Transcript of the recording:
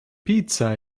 pizza